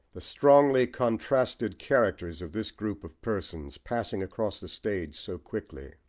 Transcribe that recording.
the strongly contrasted characters of this group of persons, passing across the stage so quickly.